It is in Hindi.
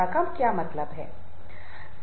इसलिए हम नेतृत्व के इस पहलू पर चर्चा करेंगे